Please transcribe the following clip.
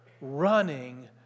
running